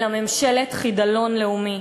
אלא ממשלת חידלון לאומי,